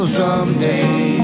someday